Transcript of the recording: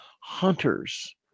hunters